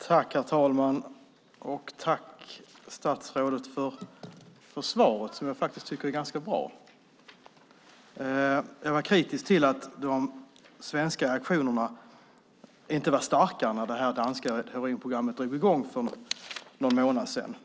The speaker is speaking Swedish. Herr talman! Jag tackar statsrådet för svaret som jag faktiskt tycker är ganska bra. Jag var kritisk till att de svenska aktionerna inte var starka när detta danska heroinprogram drog i gång för någon månad sedan.